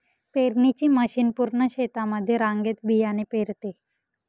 पेरणीची मशीन पूर्ण शेतामध्ये रांगेत बियाणे पेरते